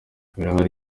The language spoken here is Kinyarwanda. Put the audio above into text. birahari